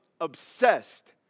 obsessed